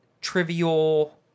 trivial